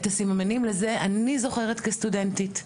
את הסממנים לזה אני זוכרת כסטודנטית.